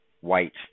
white